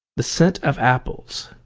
the scent of apples